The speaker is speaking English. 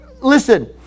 Listen